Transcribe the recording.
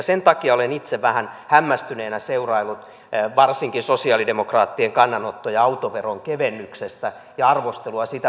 sen takia olen itse vähän hämmästyneenä seuraillut varsinkin sosialidemokraattien kannanottoja autoveron kevennykseen ja arvostelua sitä kohtaan